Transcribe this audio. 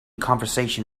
conversation